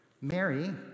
Mary